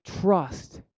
trust